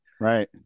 Right